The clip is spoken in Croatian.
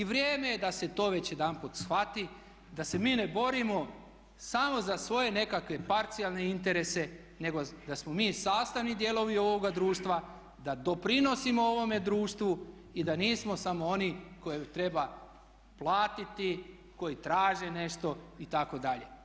I vrijeme je da se to već jedanput shvati, da se mi ne borimo samo za svoje nekakve parcijalne interese, nego da smo mi sastavni dijelovi ovog društva, da doprinosimo ovome društvu i da nismo samo oni koje treba platiti, koji traže nešto itd.